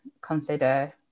consider